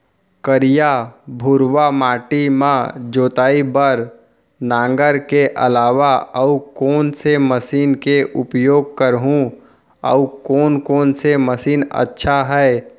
करिया, भुरवा माटी म जोताई बार नांगर के अलावा अऊ कोन से मशीन के उपयोग करहुं अऊ कोन कोन से मशीन अच्छा है?